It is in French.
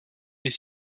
est